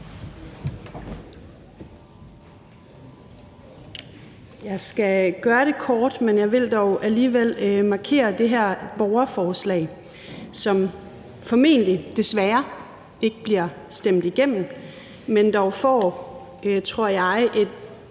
Jeg skal gøre det kort, men jeg vil dog alligevel markere det her borgerforslag, som formentlig og desværre ikke bliver stemt igennem, men dog